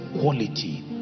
quality